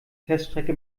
teststrecke